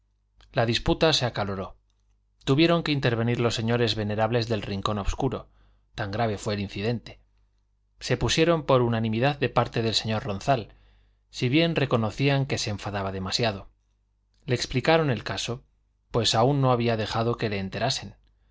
la disputa se acaloró tuvieron que intervenir los señores venerables del rincón obscuro tan grave fue el incidente se pusieron por unanimidad de parte del señor ronzal si bien reconocían que se enfadaba demasiado le explicaron el caso pues aún no había dejado que le enterasen